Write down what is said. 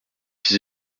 six